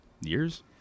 years